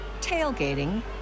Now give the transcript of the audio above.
tailgating